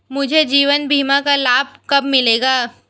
मुझे जीवन बीमा का लाभ कब मिलेगा?